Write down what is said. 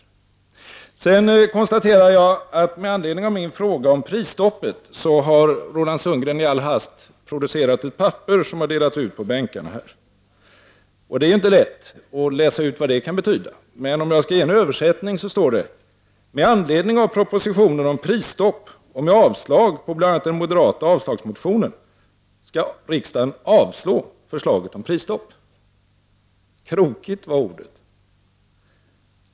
Jag kan sedan konstatera att Roland Sundgren med anledning av min fråga om prisstoppet i all hast har producerat ett papper som har delats ut på ledamöternas bänkar. Det är inte lätt att utläsa betydelsen av den skrivelsen. Men jag skall ge en översättning: Med anledning av propositionen om prisstopp och med hemställan om avslag på bl.a. den moderata motionen om avslag hemställs att riksdagen avslår förslaget om prisstopp. Krokigt var ordet!